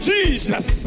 Jesus